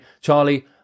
Charlie